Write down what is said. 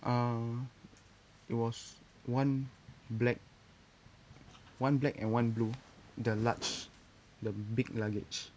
uh it was one black one black and one blue the large the big luggage